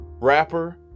rapper